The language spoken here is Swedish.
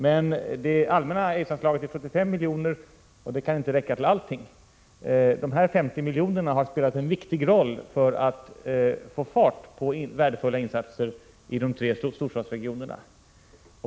Men det allmänna aidsanslaget är 75 milj.kr. och det kan inte räcka till allt. Dessa 50 milj.kr. har spelat en viktig roll för att få fart på värdefulla insatser i de tre storstadsregionerna.